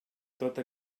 tota